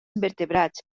invertebrats